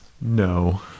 No